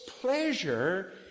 pleasure